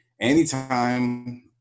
anytime